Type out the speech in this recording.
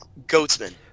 Goatsman